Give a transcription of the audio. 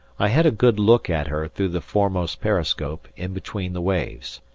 i had a good look at her through the foremost periscope in between the waves,